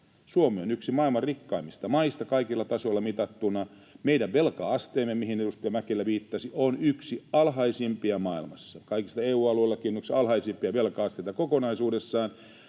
Suomi on yksi maailman rikkaimmista maista kaikilla tasoilla mitattuna, ja meidän velka-asteemme, mihin edustaja Mäkelä viittasi, on yksi alhaisimpia maailmassa kaikista ja EU-alueellakin yksi alhaisimpia velka-asteita kokonaisuudessaan.